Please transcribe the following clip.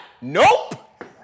Nope